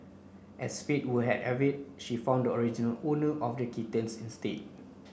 as fate would had have it she found the original owner of the kittens instead